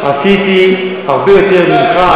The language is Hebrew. עשיתי הרבה יותר ממך,